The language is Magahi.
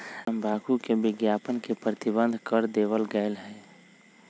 तंबाकू के विज्ञापन के प्रतिबंध कर देवल गयले है